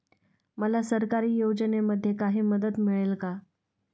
मला सरकारी योजनेमध्ये काही मदत मिळेल का?